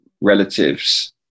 relatives